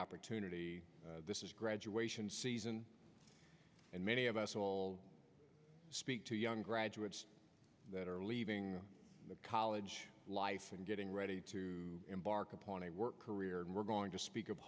opportunity this is graduation season and many of us speak to young graduates that are leaving the college life and getting ready to embark upon a work career and we're going to speak of